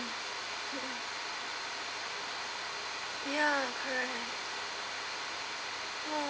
ya correct